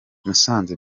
musanze